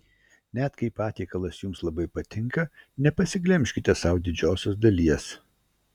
net kai patiekalas jums labai patinka nepasiglemžkite sau didžiosios dalies